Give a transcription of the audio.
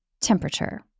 temperature